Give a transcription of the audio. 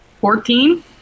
Fourteen